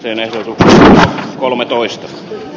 geneve plus kolmetoista